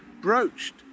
broached